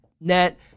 net